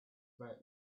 about